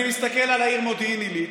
אני מסתכל על העיר מודיעין עילית.